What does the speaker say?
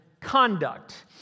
conduct